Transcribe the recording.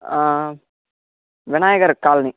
Vinay Ghar colony